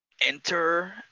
enter